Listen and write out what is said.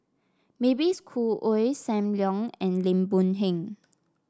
Mavis Khoo Oei Sam Leong and Lim Boon Heng